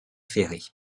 ferrée